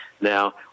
Now